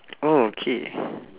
oh okay